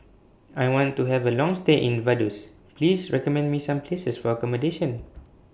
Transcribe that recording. I want to Have A Long stay in Vaduz Please recommend Me Some Places For accommodation